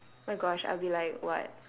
my gosh I'll be like what